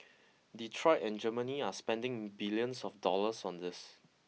Detroit and Germany are spending billions of dollars on this